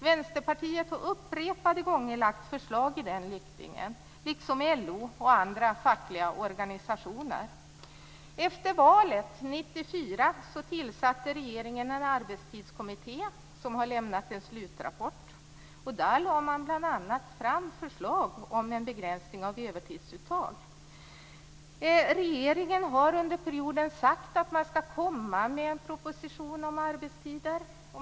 Vänsterpartiet har upprepade gånger lagt fram förslag i den riktningen, liksom LO och andra fackliga organisationer. Efter valet 1994 tillsatte regeringen en arbetstidskommitté som har lämnat en slutrapport. Där lade man bl.a. fram förslag om en begränsning av övertidsuttag. Regeringen har under perioden sagt att man skall komma med en proposition om arbetstider.